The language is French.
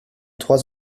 trois